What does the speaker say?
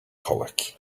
colic